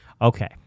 Okay